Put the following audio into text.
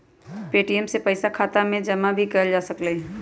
ATM से पइसा खाता में जमा भी कएल जा सकलई ह